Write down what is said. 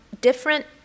different